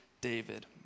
David